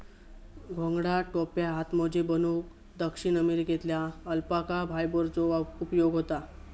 घोंगडा, टोप्यो, हातमोजे बनवूक दक्षिण अमेरिकेतल्या अल्पाका फायबरचो उपयोग होता